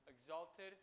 exalted